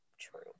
true